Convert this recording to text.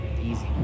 Easy